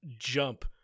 jump